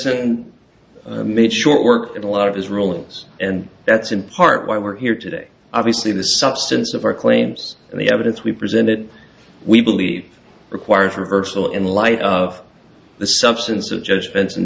benson made short in a lot of his rulings and that's in part why we're here today obviously the substance of our claims and the evidence we presented we believe required for her so in light of the substance of judgments and